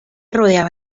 rodeaba